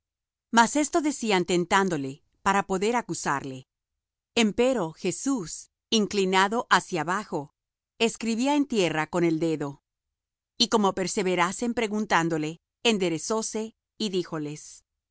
mas esto decían tentándole para poder acusarle empero jesús inclinado hacia abajo escribía en tierra con el dedo y como perseverasen preguntándole enderezóse y díjoles